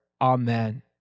Amen